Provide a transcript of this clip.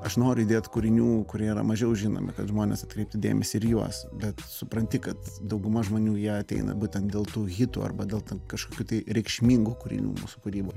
aš noriu įdėt kūrinių kurie yra mažiau žinomi kad žmonės atkreiptų dėmesį ir į juos bet supranti kad dauguma žmonių jie ateina būtent dėl tų hitų arba dėl kažkokių tai reikšmingų kūrinių mūsų kūryboj